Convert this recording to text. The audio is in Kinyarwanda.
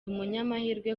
umunyamahirwe